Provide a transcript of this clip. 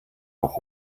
auch